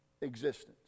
existence